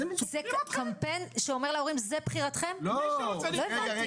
לא הבנתי.